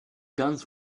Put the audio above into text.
guns